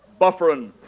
Buffering